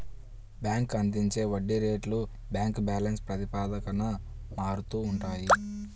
bank అందించే వడ్డీ రేట్లు బ్యాంక్ బ్యాలెన్స్ ప్రాతిపదికన మారుతూ ఉంటాయి